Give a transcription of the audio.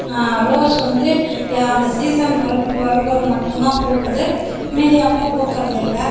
rose வந்து அந்த season வரும் வரும்போது மட்டும் தான் பூக்குது மீதி அப்போ பூக்கிறதில்ல